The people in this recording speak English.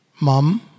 mom